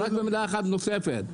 רק מילה אחת נוספת.